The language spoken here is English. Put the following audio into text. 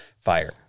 fire